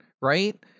Right